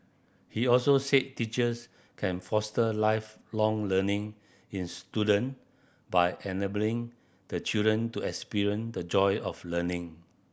he also said teachers can foster Lifelong Learning in student by enabling the children to experience the joy of learning